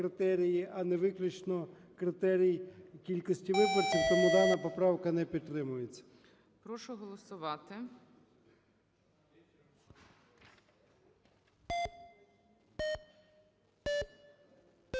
а не виключно критерій кількості виборців. Тому дана поправка не підтримується. ГОЛОВУЮЧИЙ. Прошу голосувати.